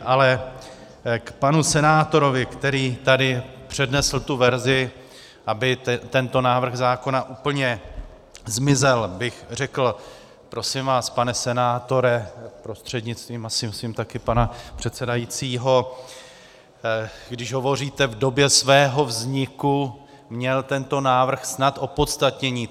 Ale k panu senátorovi, který tady přednesl tu verzi, aby tento návrh zákona úplně zmizel, bych řekl: Prosím vás, pane senátore prostřednictvím, asi musím taky, pana předsedajícího, když hovoříte v době svého vzniku měl tento návrh snad opodstatnění.